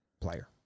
player